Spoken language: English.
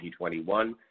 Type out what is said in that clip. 2021